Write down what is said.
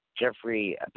Jeffrey